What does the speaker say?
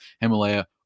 Himalaya